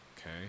okay